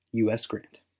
u s. grant.